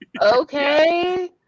okay